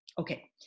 Okay